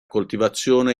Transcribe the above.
coltivazione